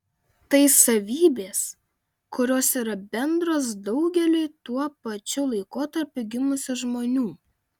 tai savybės kurios yra bendros daugeliui tuo pačiu laikotarpiu gimusių žmonių